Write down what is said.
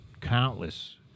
countless